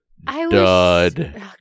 Dud